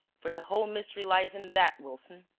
for the whole mystery lies in that, wilson.